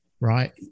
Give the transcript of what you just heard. right